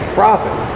profit